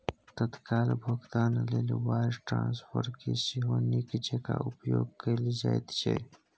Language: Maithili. तत्काल भोगतान लेल वायर ट्रांस्फरकेँ सेहो नीक जेंका उपयोग कैल जाइत छै